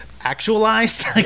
actualized